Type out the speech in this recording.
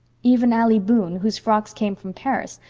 even allie boone, whose frocks came from paris,